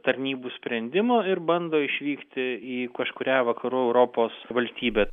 tarnybų sprendimo ir bando išvykti į kažkurią vakarų europos valstybę